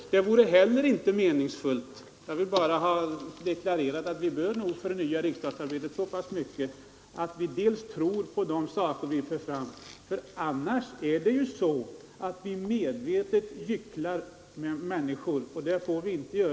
Men det vore nog inte särskilt meningsfullt, och vi bör tillföra riksdagsarbetet nya frågor. Vi bör också tro på de förslag som vi för fram, annars gycklar vi medvetet med människor, och det får vi inte göra.